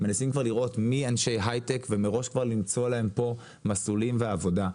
מנסים כבר לראות מי אנשי היי-טק ומראש כבר למצוא להם פה מסלולים ועבודה.